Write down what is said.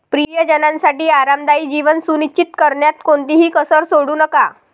प्रियजनांसाठी आरामदायी जीवन सुनिश्चित करण्यात कोणतीही कसर सोडू नका